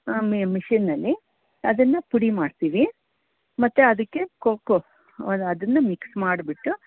ಮಿ ಮಿಷನಲ್ಲಿ ಅದನ್ನು ಪುಡಿ ಮಾಡ್ತೀವಿ ಮತ್ತೆ ಅದಕ್ಕೆ ಕೋಕೋ ಅದನ್ನು ಮಿಕ್ಸ್ ಮಾಡಿಬಿಟ್ಟು